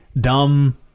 dumb